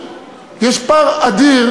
יש פער אדיר,